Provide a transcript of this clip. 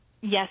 Yes